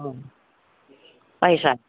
অ পাইছা